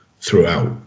throughout